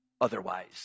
otherwise